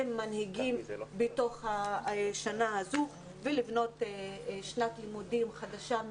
הם מנהיגים בשנה הזאת וצריך לבנות שנת לימודים חדשה,